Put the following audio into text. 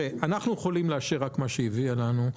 אנחנו יכולים לאשר רק מה שהביאו לנו,